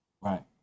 Right